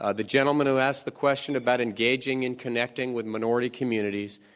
ah the gentleman who asked the question about engaging and connecting with minority communities,